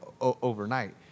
overnight